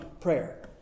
prayer